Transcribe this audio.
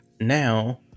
now